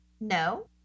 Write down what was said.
No